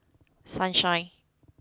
sunshine